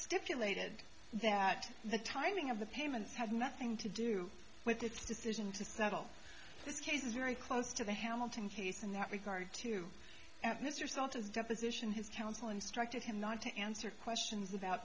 stipulated that the timing of the payments had nothing to do with its decision to settle this case is very close to the hamilton case in that regard to mr saltus deposition his counsel instructed him not to answer questions about